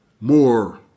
more